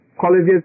colleges